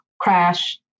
crash